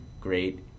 great